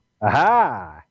Aha